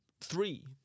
Three